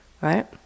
Right